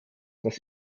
das